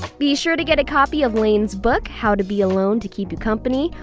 be sure to get a copy of lane's book how to be alone to keep you company.